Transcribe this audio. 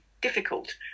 difficult